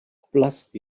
oblast